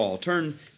Turn